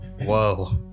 Whoa